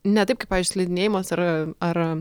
ne taip kaip pavyzdžiui slidinėjimas ar ar